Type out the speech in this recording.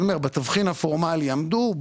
אני אומר שבתבחין הפורמלי עמדו,